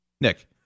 Nick